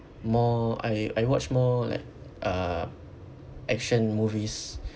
more I I watch more like uh action movies